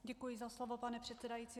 Děkuji za slovo, pane předsedající.